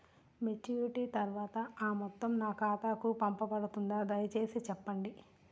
Maturity తర్వాత ఆ మొత్తం నా ఖాతాకు పంపబడుతుందా? దయచేసి చెప్పండి?